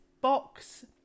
box